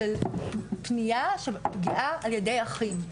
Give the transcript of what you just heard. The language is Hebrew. של פנייה של פגיעה על ידי אחים,